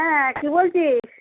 হ্যাঁ কী বলছিস